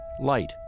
light